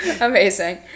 Amazing